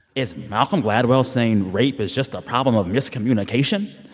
is malcolm gladwell saying rape is just a problem of miscommunication?